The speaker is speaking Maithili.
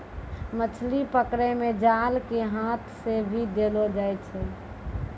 मछली पकड़ै मे जाल के हाथ से भी देलो जाय छै